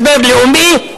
משבר לאומי,